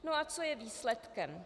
No a co je výsledkem?